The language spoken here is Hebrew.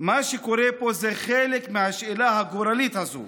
שמה שקורה פה זה חלק מהשאלה הגורלית הזו.